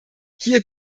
hier